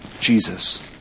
Jesus